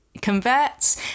converts